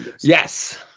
yes